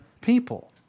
people